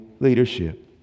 leadership